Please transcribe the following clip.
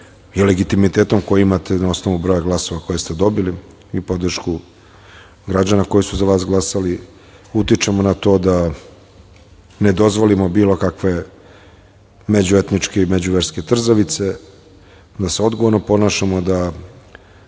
i legitimitetom koji imate na osnovu broja glasova koje ste dobili i podršku građana koji su za vas glasali, utičemo na to da ne dozvolimo bilo kakve međuetničke i međuverske trzavice, da se odgovorno ponašamo, da